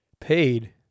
paid